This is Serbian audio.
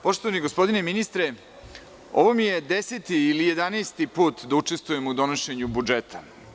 Poštovani gospodine ministre, ovo mi je 10. ili 11. put da učestvujem u donošenju budžeta.